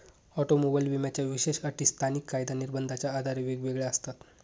automobile विम्याच्या विशेष अटी स्थानिक कायदा निर्बंधाच्या आधारे वेगवेगळ्या असतात